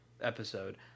episode